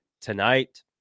tonight